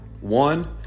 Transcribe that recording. one